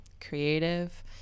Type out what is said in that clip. creative